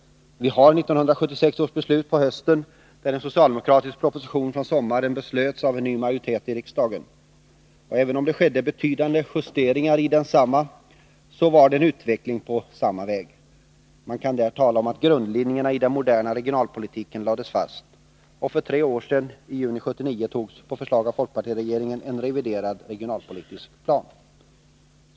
Vi har 1976 års beslut på hösten, där en socialdemokratisk proposition från sommaren behandlades av en ny majoritet i riksdagen. Även om det skedde betydande justeringar i densamma, var det en utveckling på samma väg. Man kan där tala om att grundlinjerna i den moderna regionalpolitiken lades fast. Och för tre år sedan, i juni 1979, togs på förslag av folkpartiregeringen en reviderad regionalpolitisk plan.